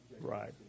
right